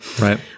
Right